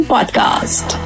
Podcast